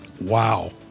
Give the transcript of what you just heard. Wow